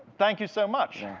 thank you so much.